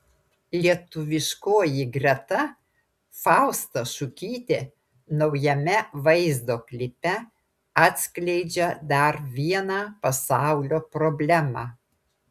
lietuviškoji greta fausta šukytė naujame vaizdo klipe atskleidžia dar vieną pasaulio problemą